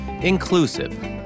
Inclusive